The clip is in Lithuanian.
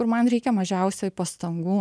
kur man reikia mažiausiai pastangų